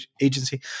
Agency